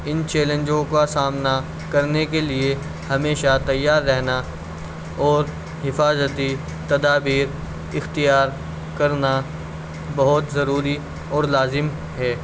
ان چیلنجوں کا سامنا کرنے کے لیے ہمیشہ تیار رہنا اور حفاظتی تدابیر اختیار کرنا بہت ضروری اور لازم ہے